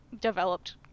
developed